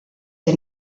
que